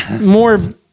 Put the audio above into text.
more